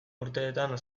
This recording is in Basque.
urteetan